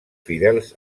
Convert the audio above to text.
fidels